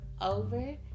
over